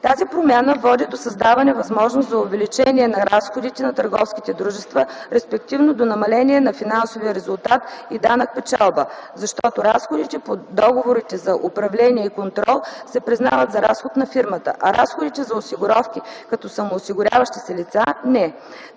Тази промяна води до създаване възможност за увеличение на разходите на търговските дружества, респективно до намаление на финансовия резултат и данък печалба, защото разходите по договорите за управление и контрол се признават за разход на фирмата, а разходите за осигуровки като самоосигуряващи се лица – не,